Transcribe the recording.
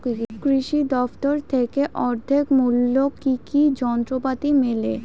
কৃষি দফতর থেকে অর্ধেক মূল্য কি কি যন্ত্রপাতি মেলে?